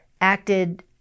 acted